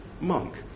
monk